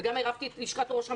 וגם עירבתי את לשכת ראש הממשלה,